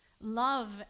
love